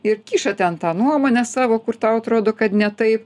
ir kiša ten tą nuomonę savo kur tau atrodo kad ne taip